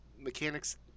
mechanics